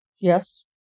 Yes